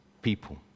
people